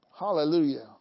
Hallelujah